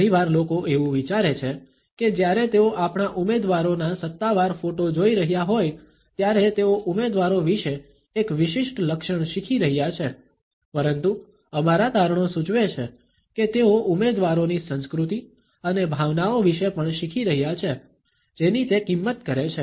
ઘણીવાર લોકો એવું વિચારે છે કે જ્યારે તેઓ આપણા ઉમેદવારોના સત્તાવાર ફોટો જોઈ રહ્યા હોય ત્યારે તેઓ ઉમેદવારો વિશે એક વિશિષ્ટ લક્ષણ શીખી રહ્યા છે પરંતુ અમારા તારણો સૂચવે છે કે તેઓ ઉમેદવારોની સંસ્કૃતિ અને ભાવનાઓ વિશે પણ શીખી રહ્યા છે જેની તે કિંમત કરે છે